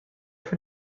von